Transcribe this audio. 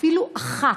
אפילו אחת,